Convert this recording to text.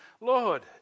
Lord